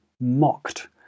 mocked